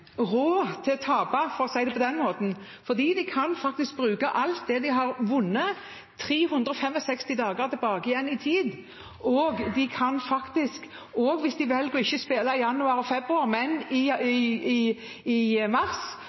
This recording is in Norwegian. råd til å tape – for å si det på den måten – fordi de faktisk kan bruke alt det de har vunnet 365 dager tilbake i tid, og de kan også, hvis de velger å ikke spille i januar og februar, men i